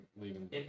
leaving